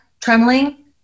Trembling